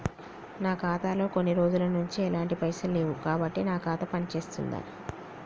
నా ఖాతా లో కొన్ని రోజుల నుంచి ఎలాంటి పైసలు లేవు కాబట్టి నా ఖాతా పని చేస్తుందా?